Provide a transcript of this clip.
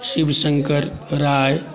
Shiva Shankar Rai